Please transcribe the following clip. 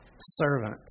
servant